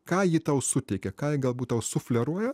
ką ji tau suteikia ką ji galbūt tau sufleruoja